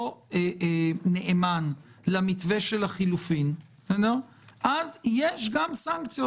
נאמן למתווה של החילופים אז יש גם סנקציות.